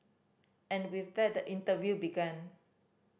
and with that the interview began